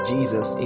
Jesus